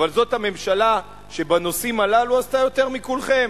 אבל זאת הממשלה שבנושאים הללו עשתה יותר מכולכם.